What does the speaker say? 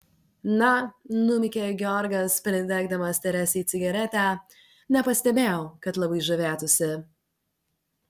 na numykė georgas pridegdamas teresei cigaretę nepastebėjau kad labai žavėtųsi